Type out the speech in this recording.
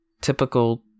typical